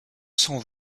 sans